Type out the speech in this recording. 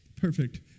perfect